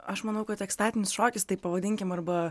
aš manau kad ekstatinis šokis taip pavadinkim arba